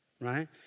Right